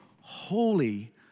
holy